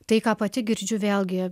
tai ką pati girdžiu vėlgi